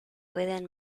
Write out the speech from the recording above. pueden